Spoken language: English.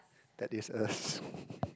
that is a s~